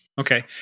Okay